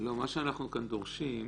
מה שאנחנו כאן דורשים,